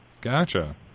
Gotcha